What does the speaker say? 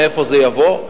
מאיפה זה יבוא.